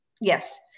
yes